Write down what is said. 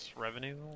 revenue